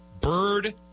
Bird